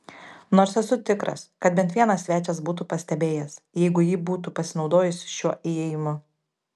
nors esu tikras kad bent vienas svečias būtų pastebėjęs jeigu ji būtų pasinaudojusi šiuo įėjimu